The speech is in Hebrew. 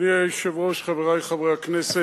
אדוני היושב-ראש, חברי חברי הכנסת,